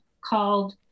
called